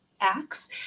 acts